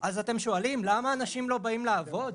אז אתם שואלים למה אנשים לא באים לעבוד?